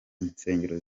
insengero